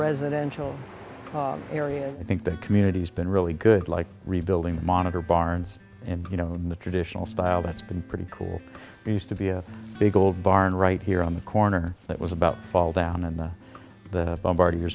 residential area and i think the community has been really good like rebuilding the monitor barns and you know the traditional style that's been pretty cool used to be a big old barn right here on the corner that was about fall down and the bombarding